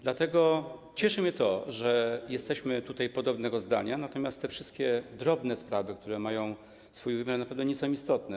Dlatego cieszy mnie to, że jesteśmy tutaj podobnego zdania, natomiast te wszystkie drobne sprawy, które mają swój wymiar, naprawdę nie są istotne.